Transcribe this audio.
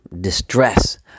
distress